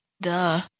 duh